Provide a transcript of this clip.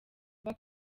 kuba